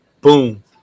boom